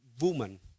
woman